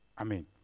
Amen